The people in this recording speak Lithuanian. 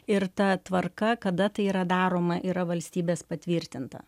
ir ta tvarka kada tai yra daroma yra valstybės patvirtinta